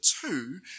two